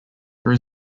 there